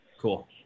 Cool